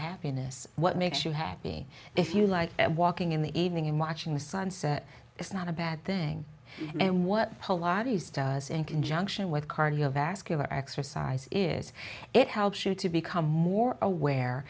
happiness what makes you happy if you like walking in the evening and watching the sunset is not a bad thing and what a lot of use does in conjunction with cardiovascular exercise is it helps you to become more aware